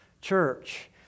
church